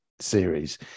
series